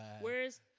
whereas